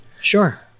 Sure